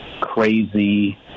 crazy